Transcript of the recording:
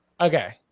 okay